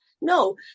No